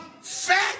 fat